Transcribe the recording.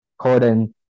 Corden